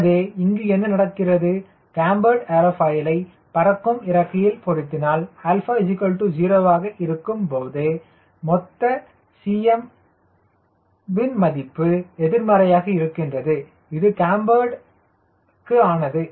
எனவே இங்கு என்ன நடக்கிறது கேம்பர்டு ஏர்ஃபாயிலை பறக்கும் இறக்கையில் பொருத்தினால் 𝛼 0 ஆக இருக்கும்போது மொத்த Cm ன் மதிப்பு எதிர்மறையாக இருக்கின்றது இது கேம்பர்டுக்கு ஆனது